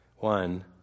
One